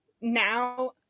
now